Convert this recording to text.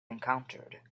encountered